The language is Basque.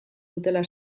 dutela